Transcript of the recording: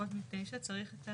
פחות מתשע צריך,